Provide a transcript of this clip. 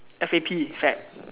F A P fap